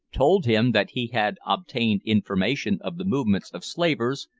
told him that he had obtained information of the movements of slavers,